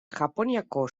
japoniako